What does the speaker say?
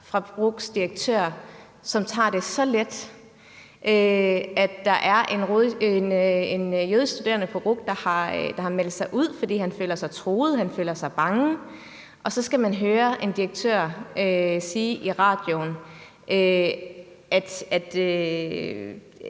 med RUC's direktør, som tager så let på det, at der er en jødisk studerende på RUC, der har meldt sig ud, fordi han føler sig truet, og fordi han er bange, og så skal man høre direktøren fra RUC sige i radioen, at